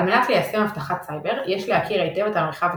על-מנת ליישם אבטחת סייבר יש להכיר היטב את המרחב הקיברנטי.